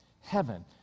heaven